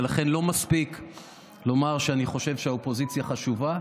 ולכן לא מספיק לומר: אני חושב שאופוזיציה חשובה,